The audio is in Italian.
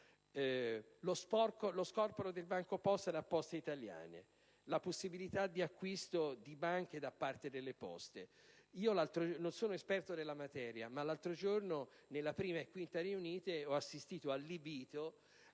scorporo di BancoPosta da Poste italiane e la possibilità di acquisto di banche da parte di Poste: non sono esperto della materia, ma l'altro giorno, nelle Commissioni 1a e 5a riunite, ho assistito allibito